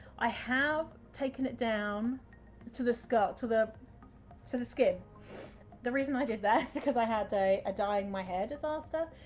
i have taken it down to the skull, to the so the skin. the reason i did that is because i had a ah dying my hair disaster.